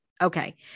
Okay